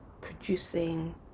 producing